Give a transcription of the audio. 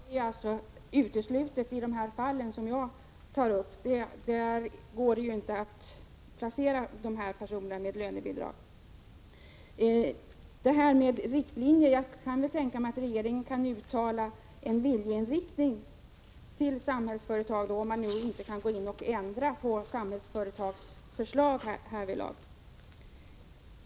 Herr talman! Som jag tidigare sade är lönebidrag uteslutet i de fall jag har tagit upp. Där går det inte att placera handikappade med lönebidrag. Jag kan tänka mig att regeringen till Samhällsföretag kan uttala en viljeinriktning, om man nu inte kan ändra Samhällsföretags beslut härvidlag.